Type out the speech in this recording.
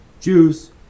Jews